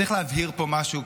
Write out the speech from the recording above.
צריך להבהיר פה משהו,